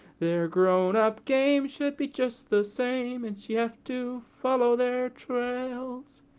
their grown up game should be just the same, and she have to follow their trails?